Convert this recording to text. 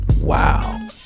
wow